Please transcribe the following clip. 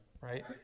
Right